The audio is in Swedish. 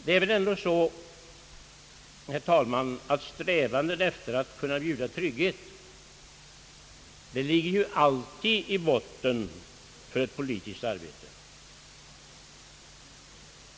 Det är väl ändå så, herr talman, att strävandena efter att kunna bjuda trygghet alltid ligger i botten för ett politiskt arbete.